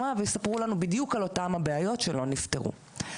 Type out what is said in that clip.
ויספרו לנו בדיוק על אותן הבעיות שלא נפתרו.